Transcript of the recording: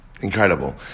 Incredible